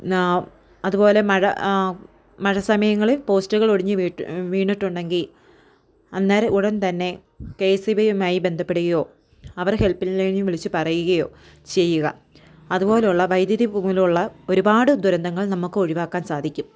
നാ അതുപോലെ മഴ മഴ സമയങ്ങളിൽ പോസ്റ്റുകൾ ഒടിഞ്ഞ് വീട്ട് വീണിട്ടുണ്ടെങ്കിൽ അന്നേരം ഉടൻ തന്നെ കെ എസ് ഇ ബി യുമായി ബന്ധപ്പെടുകയോ അവരുടെ ഹെൽപ്പിംഗ് ലൈനിൽ വിളിച്ച് പറയുകയോ ചെയ്യുക അതുപോല ഉള്ള വൈദ്യുതി മൂലമുള്ള ഒരുപാട് ദുരന്തങ്ങൾ നമുക്ക് ഒഴിവാക്കാൻ സാധിക്കും